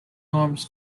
norms